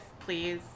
please